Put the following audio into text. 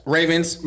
Ravens